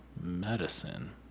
medicine